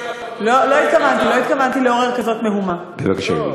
רק אל תבקשי אספרסו כפול,